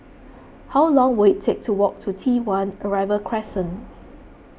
how long will it take to walk to T one Arrival Crescent